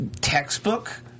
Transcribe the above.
textbook